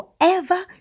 forever